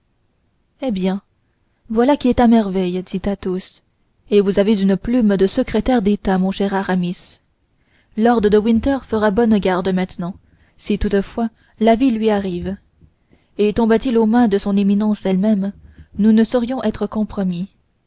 eh bien voilà qui est à merveille dit athos et vous avez une plume de secrétaire d'état mon cher aramis lord de winter fera bonne garde maintenant si toutefois l'avis lui arrive et tombâtil aux mains de son éminence elle-même nous ne saurions être compromis